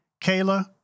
Kayla